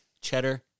cheddar